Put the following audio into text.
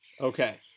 okay